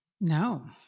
No